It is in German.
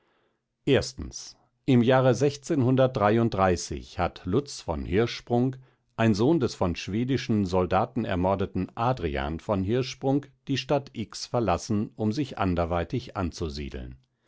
im jahre hat lutz von hirschsprung ein sohn des von schwedischen soldaten ermordeten adrian von hirschsprung die stadt x verlassen um sich anderweitig anzusiedeln